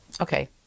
Okay